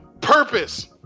Purpose